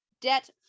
debt